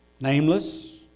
nameless